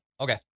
Okay